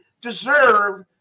deserve